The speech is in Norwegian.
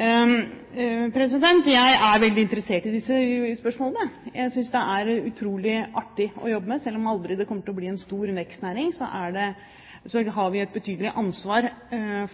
Jeg er veldig interessert i disse spørsmålene. Jeg synes det er utrolig artig å jobbe med dette. Selv om det aldri kommer til å bli en stor vekstnæring, har vi et betydelig ansvar